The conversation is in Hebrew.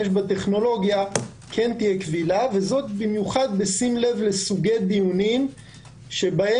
בטכנולוגיה כן תהיה קבילה וזאת במיוחד בשים לב לסוגי דיונים שבהם